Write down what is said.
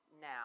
now